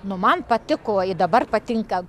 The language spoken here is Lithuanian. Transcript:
nu man patiko i dabar patinka